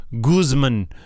Guzman